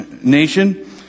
nation